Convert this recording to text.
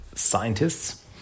Scientists